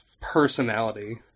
personality